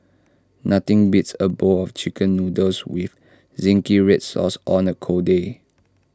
nothing beats A bowl of Chicken Noodles with Zingy Red Sauce on A cold day